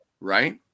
right